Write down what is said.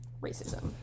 racism